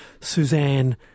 Suzanne